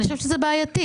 אני חושבת שזה בעייתי.